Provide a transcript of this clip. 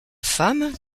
femme